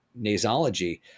nasology